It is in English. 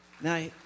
Now